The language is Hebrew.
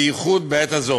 בייחוד בעת הזאת.